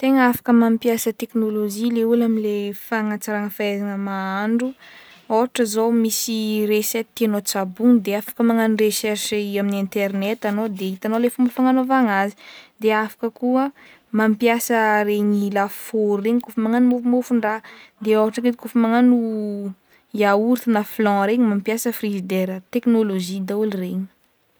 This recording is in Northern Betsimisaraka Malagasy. Tegna afaka mampiasa teknolojia le olo amle fagnatsarana fahaizana mahandro, ôhatra zao misy resety tiagnao tsabogno de afaka magnano recherche i amy internety anao de hitanao le fomba fagnanaovagna azy; de afaka koa mampiasa regny lafaoro regny kô magnagno mofomofondraha, de ôhatra ka edy kaofa magnagno yaourt na flan regny mampiasa frizidera, technolozia daholo regny.